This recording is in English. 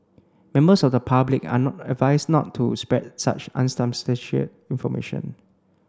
members of the public are not advised not to spread such unsubstantiated information